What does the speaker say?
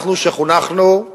אנחנו, שחונכנו,